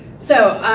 so,